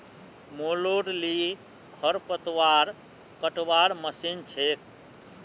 मोलूर ली खरपतवार कटवार मशीन छेक